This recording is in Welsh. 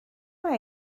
mai